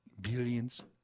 Billions